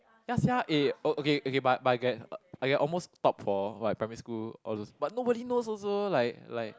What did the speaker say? ya sia eh okay okay but I but I get almost top for my primary school all those but nobody knows also like like